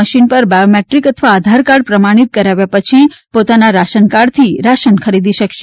machine પર biometric અથવા આધારકાર્ડ પ્રમાણીત કરાવ્યા પછી પોતાના રાશનકાર્ડથી રાશન ખરીદી શકશે